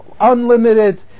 unlimited